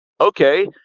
okay